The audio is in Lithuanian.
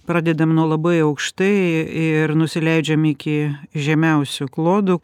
pradedam nuo labai aukštai ir nusileidžiam iki žemiausių klodų